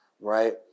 Right